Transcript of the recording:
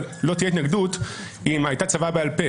אבל לא תהיה התנגדות אם הייתה צוואה בעל-פה